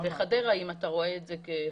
גם חדרה, אם את רואה את זה כחדש.